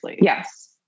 Yes